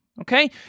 okay